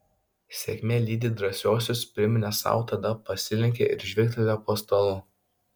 sėkmė lydi drąsiuosius priminė sau tada pasilenkė ir žvilgtelėjo po stalu